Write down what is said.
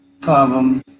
problem